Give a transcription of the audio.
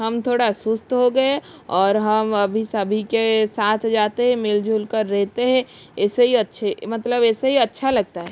हम थोड़ा सुस्त हो गए और हम अभी सभी के साथ जाते मिल जुलकर रहते है ऐसे ही अच्छे मतलब ऐसे ही अच्छा लगता है